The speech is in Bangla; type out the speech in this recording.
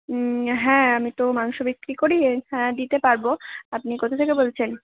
হ্যাঁ আমি তো মাংস বিক্রি করি হ্যাঁ দিতে পারবো আপনি কোথা থেকে বলছেন